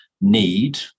need